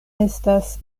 estas